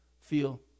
feel